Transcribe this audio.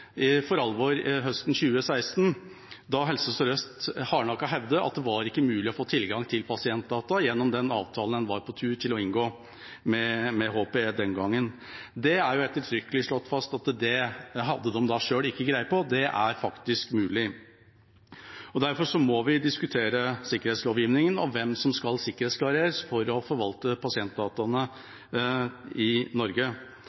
for alvor høsten 2016, da Helse Sør-Øst hardnakket hevdet at det ikke var mulig å få tilgang til pasientdata gjennom den avtalen en var i ferd med å inngå med Hewlett Packard Enterprise, HPE, den gangen. Det er ettertrykkelig slått fast at det hadde de selv ikke greie på – det er faktisk mulig. Derfor må vi diskutere sikkerhetslovgivningen og hvem som skal sikkerhetsklareres for å kunne forvalte pasientdataene i Norge.